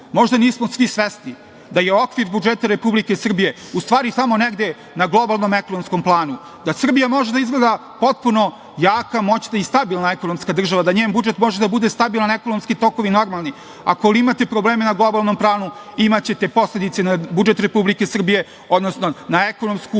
možda nismo svi svesni da je okvir budžeta Republike Srbije u stvari tamo negde na globalnom ekonomskom planu, da Srbija može da izgleda potpuno jaka, moćna i stabilna ekonomska država, da njen budžet može da bude stabilan, ekonomski tokovi normalni, ali ako imate probleme na globalnom planu imaćete posledice na budžet Republike Srbije, odnosno na ekonomsku